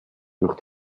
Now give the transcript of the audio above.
durch